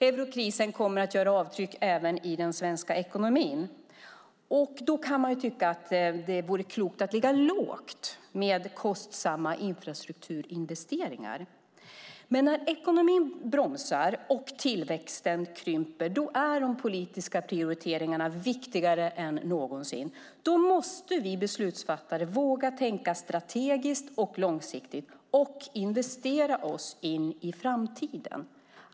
Eurokrisen kommer att göra avtryck även i den svenska ekonomin. Då kan man tycka att det vore klokt att ligga lågt med kostsamma infrastrukturinvesteringar. Men när ekonomin bromsar och tillväxten krymper är de politiska prioriteringarna viktigare än någonsin. Då måste vi beslutsfattare våga tänka strategiskt och långsiktigt och investera oss in i framtiden.